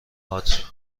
هات